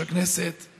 שירותי המשטרה